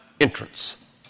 entrance